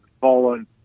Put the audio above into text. fallen